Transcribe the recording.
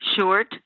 short